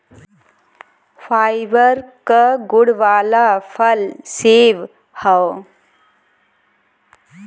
fibre क गुण वाला फल सेव हौ